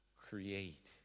create